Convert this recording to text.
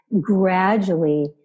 gradually